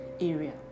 area